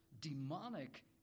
demonic